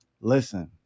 listen